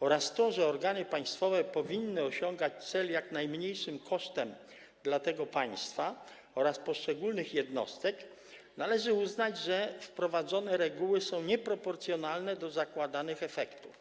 oraz to, że organy państwowe powinny osiągać cel jak najmniejszym kosztem dla tego państwa oraz poszczególnych jednostek, należy uznać, że wprowadzone reguły są nieproporcjonalne do zakładanych efektów.